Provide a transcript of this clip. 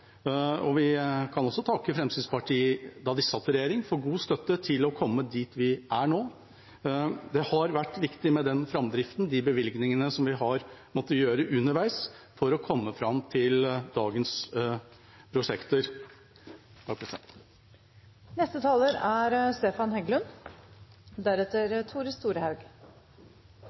vi er der vi er nå. Vi kan også takke Fremskrittspartiet – da de satt i regjering – for god støtte til å komme dit vi er nå. Det har vært viktig med den framdriften, de bevilgningene som vi har måttet gjøre underveis for å komme fram til dagens prosjekter.